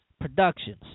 productions